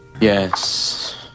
Yes